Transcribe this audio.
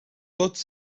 tots